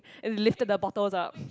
and lifted the bottle up